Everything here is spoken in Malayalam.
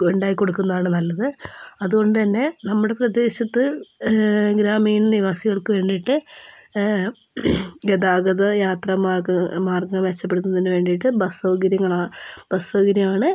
ഉണ്ടാക്കി കൊടുക്കുന്നതാണ് നല്ലത് അതുകൊണ്ട്തന്നെ നമ്മടെ പ്രദേശത്ത് ഗ്രാമീണ നിവാസികൾക്ക് വേണ്ടീട്ട് ഗതാഗത യാത്ര മാർഗം മാർഗം മെച്ചപ്പെടുത്തുന്നതിന് വേണ്ടീട്ട് ബസ്സ് സൗകര്യം ബസ്സ് സൗകര്യാണ്